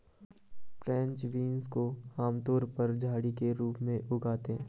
French beans को आमतौर पर झड़ी के रूप में उगाते है